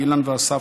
אילן ואסף,